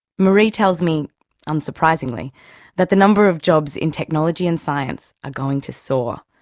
marie tells me unsurprisingly that the number of jobs in technology and science are going to soar,